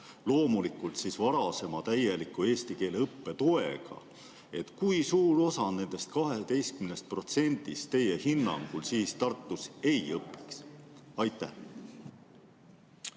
loomulikult varasema täieliku eesti keele õppe toega. Kui suur osa nendest 12%-st teie hinnangul siis Tartus ei õpiks? Aitäh!